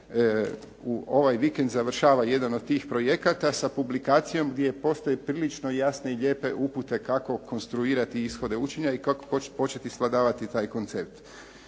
ovaj vikend završava jedan od tih projekata, sa publikacijom gdje postoje prilično jasne i lijepe upute kako konstruirati ishode učenja i kako početi svladavati taj koncept.